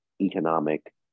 economic